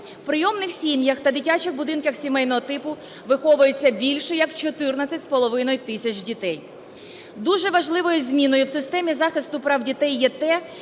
В прийомних сім'ях та дитячих будинках сімейного типу виховується більше як 14,5 тисяч дітей. Дуже важливою зміною в системі захисту прав дітей є те,